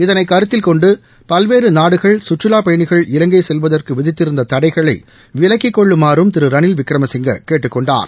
இதனை கருத்தில் கொண்டு பல்வேறு நாடுகள் கற்றுலா பயணிகள் இலங்கை செல்வதற்கு விதித்திருந்த தடைகளை விலக்கிக் கொள்ளுமாறும் திரு ரணில் விக்ரமசிங்கே கேட்டுக் கொண்டார்